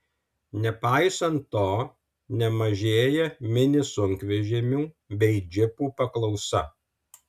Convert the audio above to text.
nepaisant to nemažėja mini sunkvežimių bei džipų paklausa